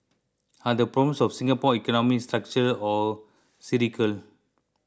are the problems of Singapore's economy structural or cyclical